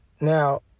Now